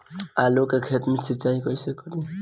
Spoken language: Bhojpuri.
आलू के खेत मे सिचाई कइसे करीं?